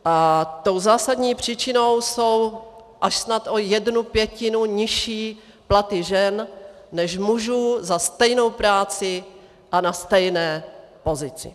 A tou zásadní příčinou jsou až snad o jednu pětinu nižší platy žen než mužů za stejnou práci a na stejné pozici.